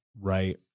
right